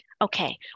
Okay